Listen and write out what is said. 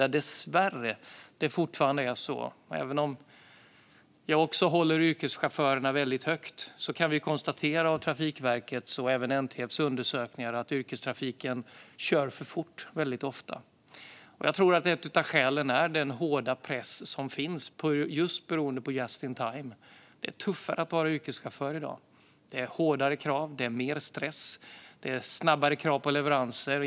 Men även om också jag håller yrkeschaufförerna högt kan jag tyvärr konstatera av Trafikverkets och även NTF:s undersökningar att det fortfarande är så att yrkestrafiken väldigt ofta kör för fort. Jag tror att ett av skälen är den hårda press som finns just beroende på just in time. Det är tuffare att vara yrkeschaufför i dag. Det är hårdare krav och mer stress. Det är krav på snabbare leveranser.